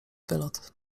wylot